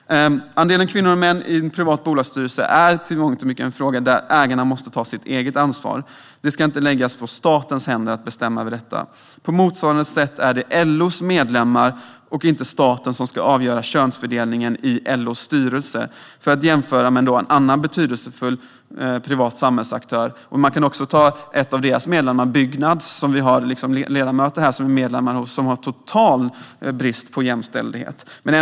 Andelen kvinnor och män i en privat bolagsstyrelse är i mångt och mycket en fråga där ägarna måste ta sitt eget ansvar. Det ska inte läggas i statens händer att bestämma över detta. På motsvarande sätt är det LO:s medlemmar och inte staten som ska avgöra könsfördelningen i LO:s styrelse, för att jämföra med en annan betydelsefull privat samhällsaktör. Man kan också titta på en av LO:s medlemmar, Byggnads, som vi har ledamöter här som är medlemmar i. Byggnads brist på jämställdhet är total.